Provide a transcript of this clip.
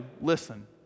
Listen